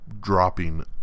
dropping